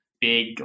big